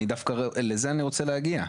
לזה אני רוצה להגיע,